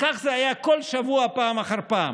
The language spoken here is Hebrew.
וכך זה היה כל שבוע, פעם אחר פעם: